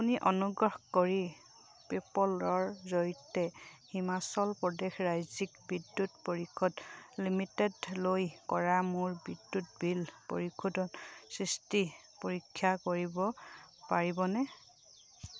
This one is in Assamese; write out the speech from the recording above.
আপুনি অনুগ্ৰহ কৰি পে'পলৰ জৰিয়তে হিমাচল প্ৰদেশ ৰাজ্যিক বিদ্যুৎ পৰিষদ লিমিটেডলৈ কৰা মোৰ বিদ্যুৎ বিল পৰিশোধৰ সৃষ্টি পৰীক্ষা কৰিব পাৰিবনে